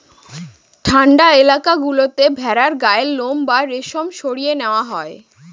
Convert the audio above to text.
ঠান্ডা এলাকা গুলোতে ভেড়ার গায়ের লোম বা রেশম সরিয়ে নেওয়া হয়